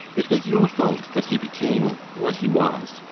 it was your fault that he became what he was!